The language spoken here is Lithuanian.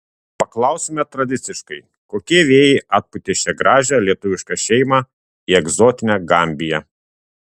paklausime tradiciškai kokie vėjai atpūtė šią gražią lietuvišką šeimą į egzotinę gambiją